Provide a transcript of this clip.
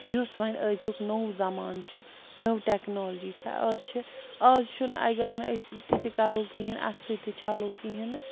یُس وۄنۍ أزیُک نوٚو زَمانہٕ چھُ نٔو ٹٮ۪کنالجی چھےٚ آز چھِ آز چھُنہٕ اگر نہٕ أسۍ تِتہِ کَرو کِہیٖنۍ اَتھٕ سۭتۍ تہِ چھَلو کِہیٖنۍ نہٕ